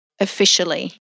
officially